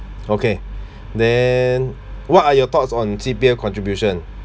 okay then what are your thoughts on C_P_F contribution